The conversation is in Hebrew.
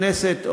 לכל חבר כנסת,